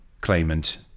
claimant